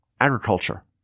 agriculture